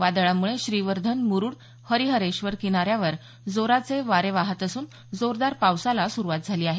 वादळामुळे श्रीवर्धन मुरुड हरिहरेश्वर किनाऱ्यावर जोराचे वारे वाहत असून जोरदार पावसाला सुरूवात झाली आहे